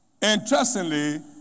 Interestingly